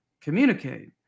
communicate